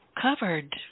covered